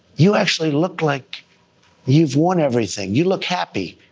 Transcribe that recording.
you actually look like you've won everything. you look happy.